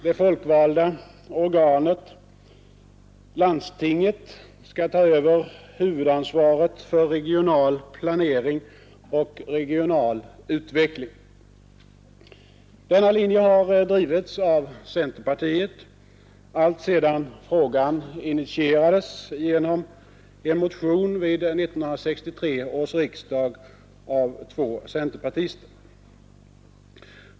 Det folkvalda organet, landstinget, skall ta över huvudansvaret för regional planering och regional utveckling. Denna linje har drivits av centerpartiet alltsedan frågan initierades vid 1963 års riksdag genom en motion av två centerpartister.